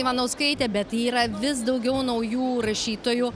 ivanauskaitė bet yra vis daugiau naujų rašytojų